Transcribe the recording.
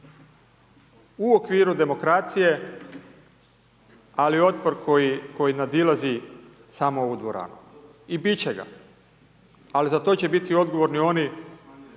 u okviru demokracije ali otpor koji nadilazi samo ovu dvoranu. I biti će ga, ali za to će biti odgovorni oni